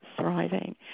thriving